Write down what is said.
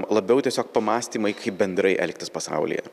labiau tiesiog pamąstymai kaip bendrai elgtis pasaulyje